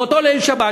באותו ליל שבת,